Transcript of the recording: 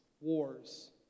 wars